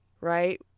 right